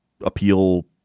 appeal